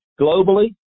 globally